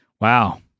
Wow